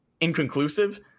inconclusive